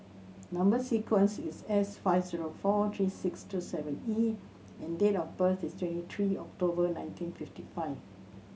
number sequence is S five zero four three six two seven E and date of birth is twenty three October nineteen fifty five